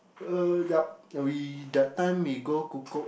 uh yup we that time we go Kukup